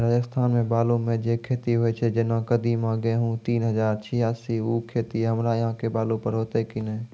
राजस्थान मे बालू मे जे खेती होय छै जेना कदीमा, गेहूँ तीन हजार छियासी, उ खेती हमरा यहाँ के बालू पर होते की नैय?